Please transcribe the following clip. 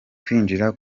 kwinjira